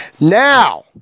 Now